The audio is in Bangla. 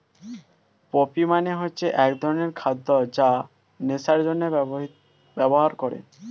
পপি মানে হচ্ছে এক ধরনের খাদ্য যা নেশার জন্যে ব্যবহার করে